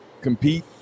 compete